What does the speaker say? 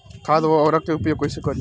खाद व उर्वरक के उपयोग कईसे करी?